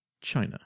China